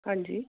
ਹਾਂਜੀ